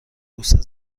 بوسه